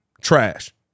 Trash